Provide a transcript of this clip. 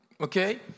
okay